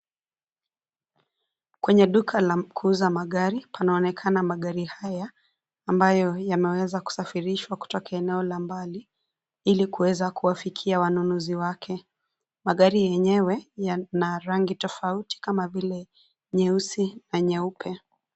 Kwenye duka la kuuza magari panaonekana magari haya, ambayo yameweza kusafirishwa kutoka eneo la mbali, ilikuweza kuwafikia wanunuzi wake, magari yenyewe, yana rangi tofauti kama vile, nyeusi na nyeupe.